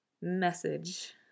message